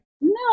no